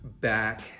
back